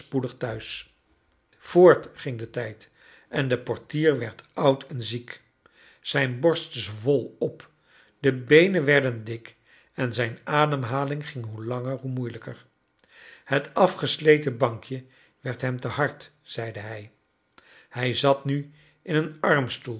spoedig thuis voort ging de tijd en de portier werd oud en ziek zijn borst zwol op de beenen werden dik en zijn ademhaling ging hoe langer hoe moeilijker het afgesleten bankje werd hem te hard zeide hij hij zat nu in een armstoel